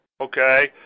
Okay